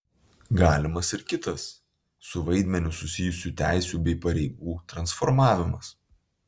galimas ir kitas su vaidmeniu susijusių teisių bei pareigų transformavimas